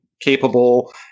capable